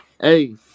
Hey